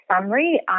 Summary